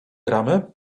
gramy